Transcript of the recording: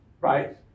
right